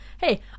Hey